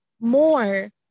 more